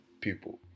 people